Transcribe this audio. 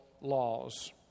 laws